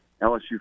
LSU